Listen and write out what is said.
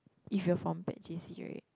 if you're from bad J_C right